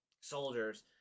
soldiers